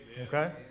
okay